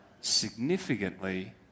significantly